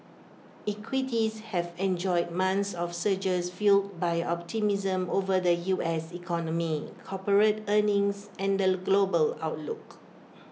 equities have enjoyed months of surges fuelled by optimism over the U S economy corporate earnings and the global outlook